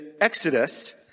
Exodus